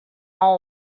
all